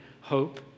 hope